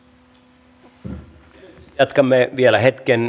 nyt jatkamme vielä hetken